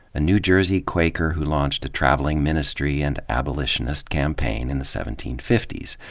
a new jersey quaker who launched a traveling ministry and abolitionist campaign in the seventeen fifty s.